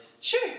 Sure